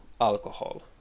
alcohol